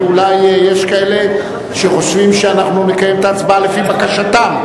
כי אולי יש כאלה שחושבים שאנחנו נקיים את ההצבעה לפי בקשתם.